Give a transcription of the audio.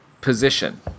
position